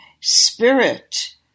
spirit